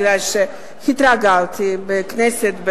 כי התרגלתי בכנסת,